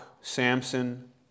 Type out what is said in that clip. Samson